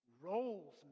Roles